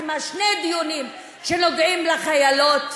קיימה שני דיונים שנוגעים לחיילות,